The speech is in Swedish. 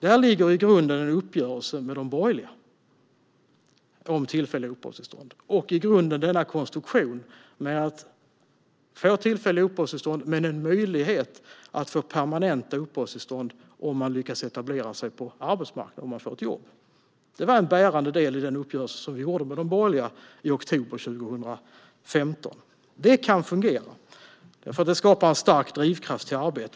Där ligger i grunden en uppgörelse med de borgerliga om tillfälliga uppehållstillstånd. I grunden ligger konstruktionen med att man får tillfälligt uppehållstillstånd med en möjlighet till permanent uppehållstillstånd om man lyckas etablera sig på arbetsmarknaden och få ett jobb. Det var en bärande del i den uppgörelse vi gjorde med de borgerliga i oktober 2015. Det kan fungera, för det skapar en stark drivkraft till arbete.